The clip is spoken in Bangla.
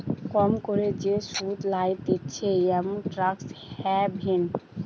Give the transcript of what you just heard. কম করে যে সুধ লইতেছে এমন ট্যাক্স হ্যাভেন